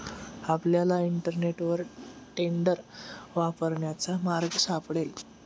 आपल्याला इंटरनेटवर टेंडर वापरण्याचा मार्ग सापडेल